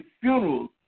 funerals